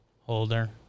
Holder